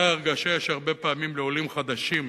אותה הרגשה יש הרבה פעמים לעולים חדשים.